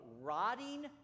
rotting